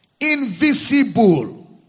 invisible